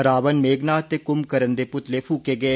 रावण मेघनाथ ते कुंभकरण दे पुतले फूके गे